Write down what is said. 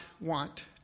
want